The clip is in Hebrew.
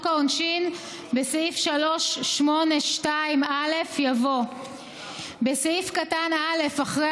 בסעיף 382א יבוא: (א) בסעיף קטן (א) אחרי